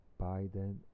Biden